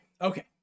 Okay